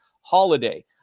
holiday